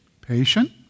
Patient